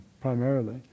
primarily